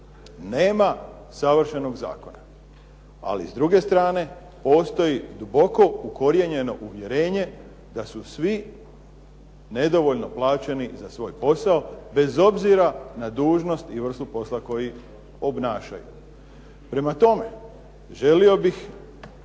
nema savršenog zakona, ali s druge strane postoji duboko ukorijenjeno uvjerenje da su svi nedovoljno plaćeni za svoj posao, bez obzira na dužnost i vrstu posla koji obnašaju. Prema tome, želio bih